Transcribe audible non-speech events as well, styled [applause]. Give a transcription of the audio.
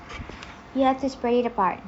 [noise] you have to spread apart